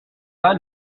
pas